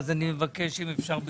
אני מבקש אם אפשר בקצרה.